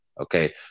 Okay